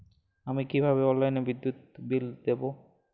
আমি কিভাবে অনলাইনে বিদ্যুৎ বিল দেবো?